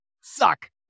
suck